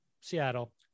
seattle